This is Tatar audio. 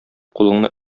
кулыңны